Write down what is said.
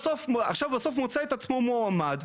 בסוף מוצא את עצמו מועמד,